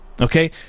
Okay